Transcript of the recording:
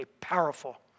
powerful